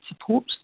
support